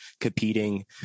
competing